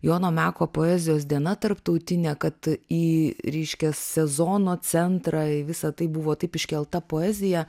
jono meko poezijos diena tarptautinė kad į reiškias sezono centrą į visą tai buvo taip iškelta poezija